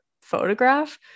photograph